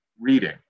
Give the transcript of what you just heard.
reading